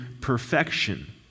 perfection